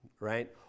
right